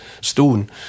stone